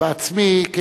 בעצמי,